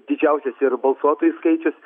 didžiausias ir balsuotojų skaičius